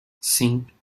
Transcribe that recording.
sim